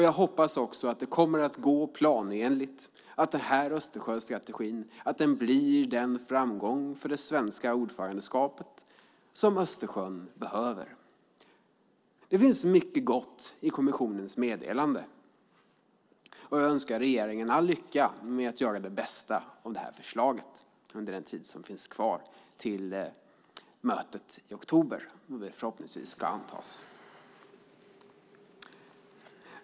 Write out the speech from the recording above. Jag hoppas att det går planenligt - att den här Östersjöstrategin blir den framgång för det svenska ordförandeskapet som Östersjön behöver. Det finns mycket gott i kommissionens meddelande, och jag önskar regeringen all lycka med att göra det bästa av förslaget under den tid som återstår till mötet i oktober då detta förhoppningsvis antas.